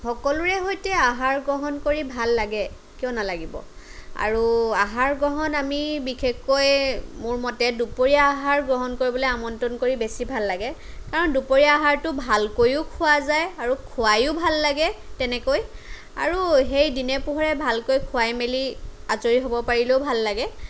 সকলোৰে সৈতে আহাৰ গ্ৰহণ কৰি ভাল লাগে কিয় নালাগিব আৰু আহাৰ গ্ৰহণ আমি বিশেষকৈ মোৰ মতে দুপৰীয়া আহাৰ গ্ৰহণ কৰিবলে আমন্ত্ৰণ কৰি বেছি ভাল লাগে কাৰণ দুপৰীয়া আহাৰটো ভালকৈয়ো খোৱা যায় আৰু খুৱাইয়ো ভাল লাগে তেনেকৈ আৰু সেই দিনে পোহৰে ভালকৈ খুৱাই মেলি আজৰি হ'ব পাৰিলেও ভাল লাগে